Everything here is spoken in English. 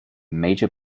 major